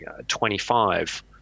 25